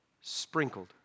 sprinkled